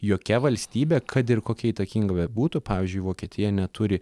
jokia valstybė kad ir kokia įtakinga bebūtų pavyzdžiui vokietija neturi